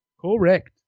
Correct